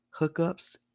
hookups